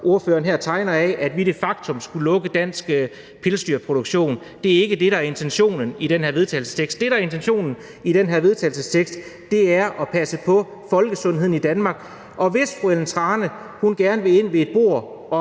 ordføreren her tegner af, at vi de facto skulle lukke dansk pelsdyrproduktion. Det er ikke det, der er intentionen i det her forslag til vedtagelse. Det, der er intentionen i det her forslag til vedtagelse, er at passe på folkesundheden i Danmark. Og hvis fru Ellen Trane Nørby gerne vil ind ved et bord